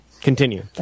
continue